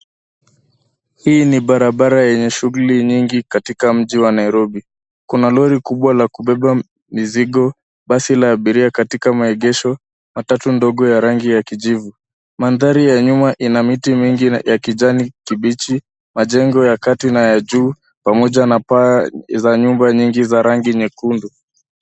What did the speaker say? Hii ni Barabara yenye shughuli nyingi katika mji wa Nairobi kuna Lori kubwa la kubeba mizigo basi la abiria katika maegesho matatu ndogo ya rangi ya kijivu mandhari ya nyuma inamiti mingi ya kijani kibichi majengo ya kati na ya juu pamoja na za nyumba nyingi za rangi nyekundu